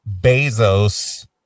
Bezos